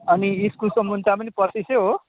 अनि इस्कुसको मुन्टा पनि पच्चिसै हो